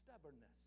stubbornness